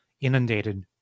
inundated